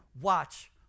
watch